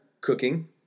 cooking